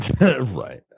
Right